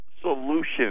solution